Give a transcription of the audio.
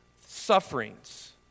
Sufferings